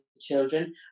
children